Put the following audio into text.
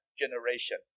generation